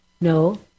no